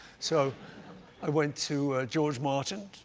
so i went to george martin,